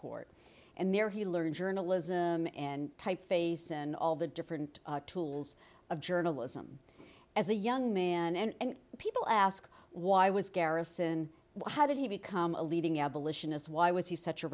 port and there he learned journalism and typeface and all the different tools of journalism as a young man and people ask why was garrison how did he become a leading abolitionist why was he such a